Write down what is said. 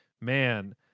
man